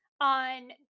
on